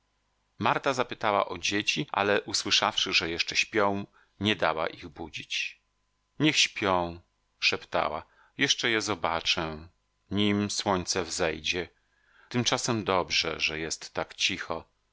marta zapytała o dzieci ale usłyszawszy że jeszcze śpią nie dała ich budzić niech śpią szeptała jeszcze je zobaczę nim słońce wzejdzie tymczasem dobrze że jest tak cicho